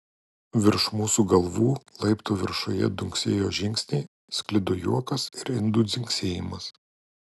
virš mūsų galvų laiptų viršuje dunksėjo žingsniai sklido juokas ir indų dzingsėjimas